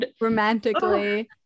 romantically